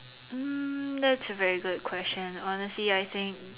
um that's a very good question honestly I think